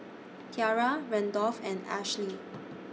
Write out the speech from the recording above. Tiarra Randolph and Ashely